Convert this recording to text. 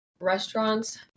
restaurants